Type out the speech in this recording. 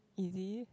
easy